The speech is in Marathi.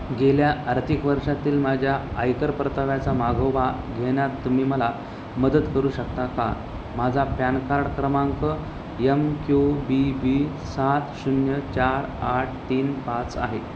गेल्या आर्थिक वर्षातील माझ्या आयकर परताव्याचा मागोवा घेण्यात तुम्ही मला मदत करू शकता का माझा पॅन कार्ड क्रमांक यम क्यू बी बी सात शून्य चार आठ तीन पाच आहे